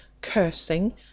cursing